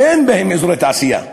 אין בהם אזורי תעשייה.